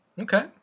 Okay